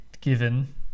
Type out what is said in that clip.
given